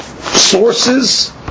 Sources